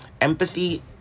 Empathy